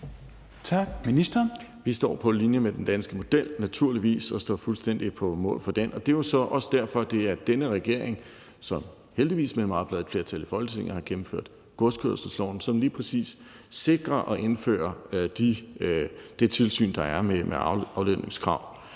Vi står på linje med den danske model, naturligvis, og jeg står naturligvis på mål for den. Det er så også derfor, det er denne regering, som heldigvis med et meget bredt flertal i Folketinget har vedtaget godskørselsloven, som lige præcis sikrer og indfører det tilsyn med aflønningskrav,